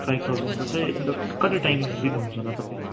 five थाउजनको चाहिँ कति टाइम दिनुहुन्छ होला तपाईँ